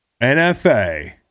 NFA